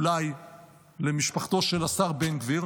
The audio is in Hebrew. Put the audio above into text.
אולי למשפחתו של השר בן גביר,